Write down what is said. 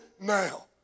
now